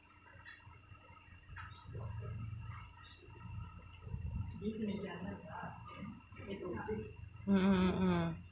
mm mm mm